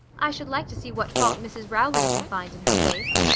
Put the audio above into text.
i should like to see what fault mrs rowland can find in her face.